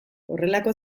horrelako